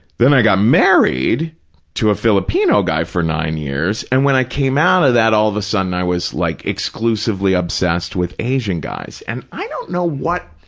then i got married to a filipino guy for nine years, and when i came out of that, all of a sudden i was like exclusively obsessed with asian guys. and i don't know what,